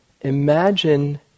imagine